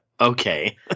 Okay